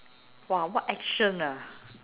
!wah! what action ah